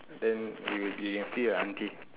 then you you can see a aunty